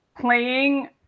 playing